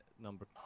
number